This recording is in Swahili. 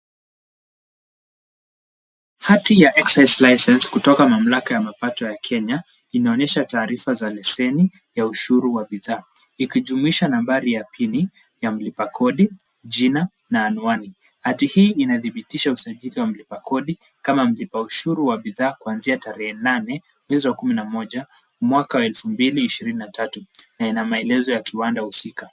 Hati ya Excess License kutoka mamlaka ya mapato ya Kenya inaonyesha taarifa za leseni ya ushuru wa bidhaa, ikijumuisha nambari ya PIN ya mlipa kodi, jina na anwani. Hati hii inadhibitisha usajili wa mlipa kodi kama mlipa ushuru wa bidhaa kuanzia tarehe nane mwezi wa kumi na moja mwaka wa elfu mbili ishirini na tatu na ina maelezo ya kiwanda husika.